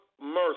mercy